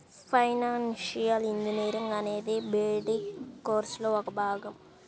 financial engineering అనేది BTech కోర్సులో ఒక భాగం